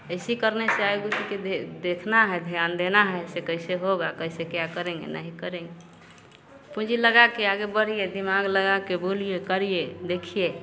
ऐसे करने से आगे देखना है ध्यान देना है ऐसे कैसे होगा कैसे क्या करेंगे नहीं करेंगे पूंजी लगाकर आगे बढ़िए दिमाग लगाकर बोलिए करिए देखिए